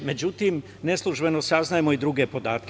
Međutim, neslužbeno saznajemo i druge podatke.